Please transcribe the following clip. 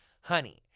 Honey